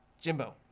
Jimbo